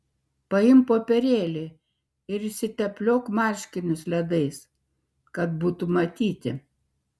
paimk popierėlį ir išsitepliok marškinius ledais kad būtų matyti